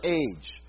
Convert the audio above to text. age